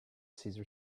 cesar